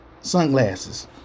sunglasses